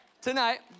tonight